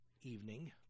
evening